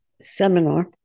seminar